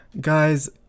Guys